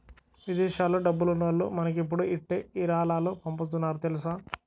విదేశాల్లో డబ్బున్నోల్లు మనకిప్పుడు ఇట్టే ఇరాలాలు పంపుతున్నారు తెలుసా